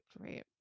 Great